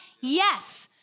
Yes